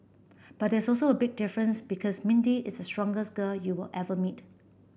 but there's also a big difference because Mindy is strongest girl you will ever meet